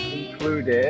included